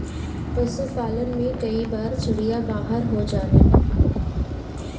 पशुपालन में कई बार चिड़िया बाहर हो जालिन